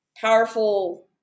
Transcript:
Powerful